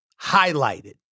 highlighted